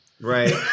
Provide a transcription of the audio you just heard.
Right